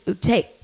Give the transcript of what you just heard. take